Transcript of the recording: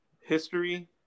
history